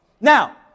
Now